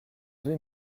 deux